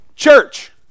church